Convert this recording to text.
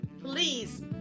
please